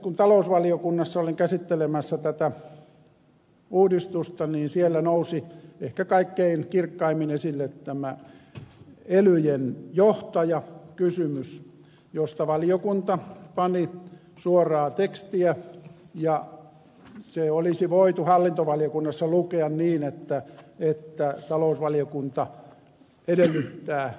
kun talousvaliokunnassa olin käsittelemässä tätä uudistusta niin siellä nousi ehkä kaikkein kirkkaimmin esille tämä elyjen johtajakysymys josta valiokunta pani suoraa tekstiä ja se olisi voitu hallintovaliokunnassa lukea niin että talousvaliokunta edellyttää että ely virastoille määrätään päätoimiset johtajat